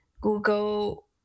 Google